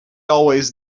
always